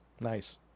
Nice